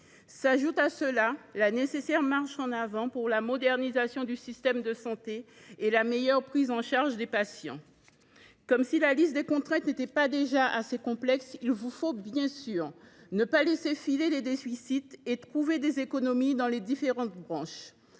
S’ajoute à cela la nécessaire marche en avant pour la modernisation du système de santé et la meilleure prise en charge des patients. Madame la ministre, messieurs les ministres, comme si la liste des contraintes n’était pas déjà assez complexe, il vous faut, bien sûr, ne pas laisser filer les déficits et trouver des économies dans les différentes branches.